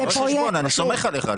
אני סומך עליך.